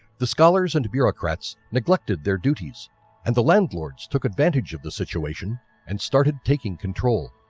the scholars and bureaucrats neglected their duties and the landlords took advantage of the situation and started taking control.